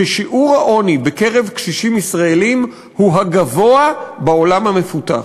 ששיעור העוני בקרב קשישים ישראלים הוא הגבוה בעולם המפותח.